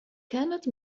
كانت